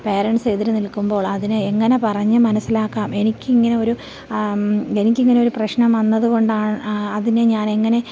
parents എതിരു നിൽക്കുമ്പോൾ അതിനെ എങ്ങനെ പറഞ്ഞ് മനസിലാക്കാം എനിക്ക് ഇങ്ങനെ ഒരു എനിക്കിങ്ങനൊരു പ്രശ്നം വന്നതുകൊണ്ടാണ് അതിനെ ഞാനെങ്ങനെ